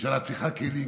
הממשלה צריכה כלים,